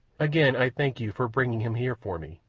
again i thank you for bringing him here for me,